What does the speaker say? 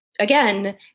Again